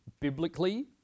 biblically